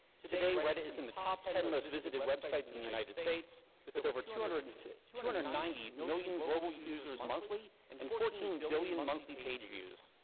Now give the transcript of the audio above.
today reddit is in the top ten most visited websites in the united states with over two hundred and two hundred and ninety million global users monthly and and fourteen billion monthly page views.